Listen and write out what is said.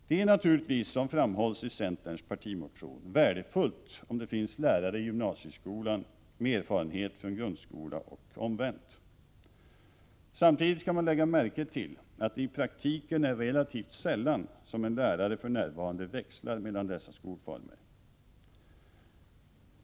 Det är naturligtvis, som framhålls i centerns partimotion, värdefullt om det finns lärare i gymnasieskolan med erfarenhet från grundskolan och omvänt. Samtidigt skall man lägga märke till att det i praktiken är relativt sällan som en lärare för närvarande växlar mellan dessa skolformer.